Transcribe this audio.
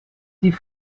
die